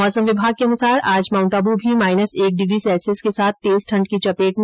मौसम विभाग के अनुसार आज माउंटआबू भी माईनस एक डिग्री सैल्सियस के साथ तेज ठण्ड की चपेट में है